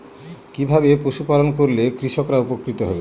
কিভাবে পশু পালন করলেই কৃষকরা উপকৃত হবে?